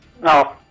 no